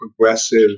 progressive